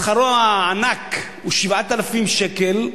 שכרו "הענק" הוא 7,000 שקל,